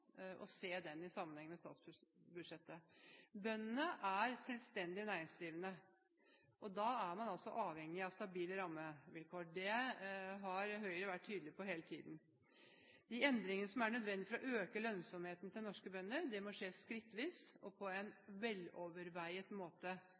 og se den i sammenheng med statsbudsjettet. Bøndene er selvstendig næringsdrivende, og da er man avhengig av stabile rammevilkår. Det har Høyre vært tydelig på hele tiden. De endringene som er nødvendige for å øke lønnsomheten for norske bønder, må skje skrittvis og på en